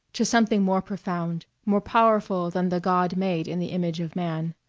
to something more profound, more powerful than the god made in the image of man,